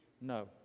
No